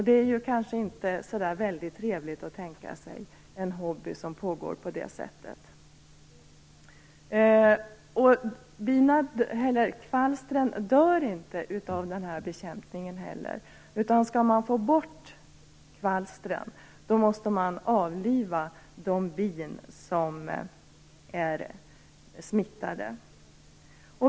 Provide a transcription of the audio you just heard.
Det är kanske inte så trevligt att tänka sig en hobby som utövas på det sättet. Kvalstren dör inte heller av den här bekämpningen. Skall man få bort kvalstren, måste man avliva de bin som är smittade.